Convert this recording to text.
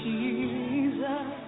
Jesus